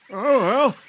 oh,